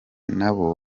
nabo